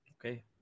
okay